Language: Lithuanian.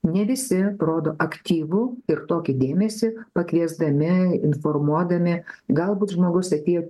ne visi rodo aktyvų ir tokį dėmesį pakviesdami informuodami galbūt žmogus apie